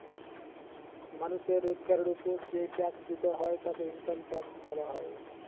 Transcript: মানুষের রোজগারের উপর যেই ট্যাক্স দিতে হয় তাকে ইনকাম ট্যাক্স বলা হয়